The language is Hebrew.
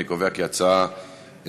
אני קובע כי ההצעות לסדר-היום